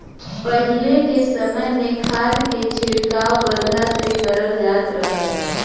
पहिले के समय में खाद के छिड़काव बरधा से करल जात रहल